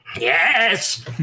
Yes